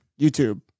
YouTube